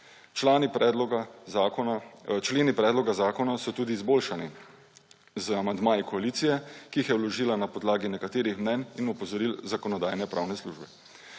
Členi predloga zakona so tudi izboljšani z amandmaji koalicije, ki jih je vložila na podlagi nekaterih mnenj in opozoril Zakonodajno-pravne službe.